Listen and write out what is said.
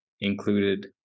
included